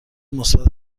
مثبت